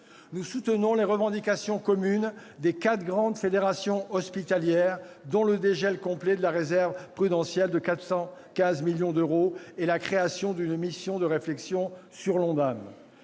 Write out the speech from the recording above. Nous soutenons les revendications communes des quatre grandes fédérations hospitalières dont le dégel complet de la réserve prudentielle de 415 millions d'euros et la création d'une mission de réflexion sur l'ONDAM.